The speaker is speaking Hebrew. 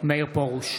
מאיר פרוש,